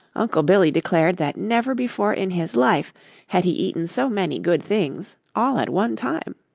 uncle billy declared that never before in his life had he eaten so many good things, all at one time.